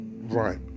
right